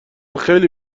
خیلی